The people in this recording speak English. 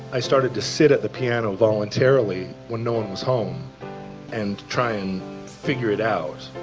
i started to sit at the piano voluntarily when no one was home and try and figure it out,